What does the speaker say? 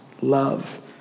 love